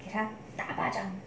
给他打一巴掌